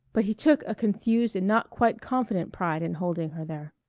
but he took a confused and not quite confident pride in holding her there.